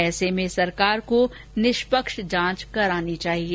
ऐसे में सरकार को निष्पक्ष जॉच करानी चाहिये